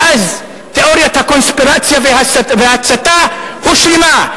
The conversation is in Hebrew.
ואז תיאוריית הקונספירציה וההצתה הושלמה.